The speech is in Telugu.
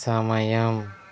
సమయం